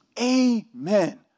Amen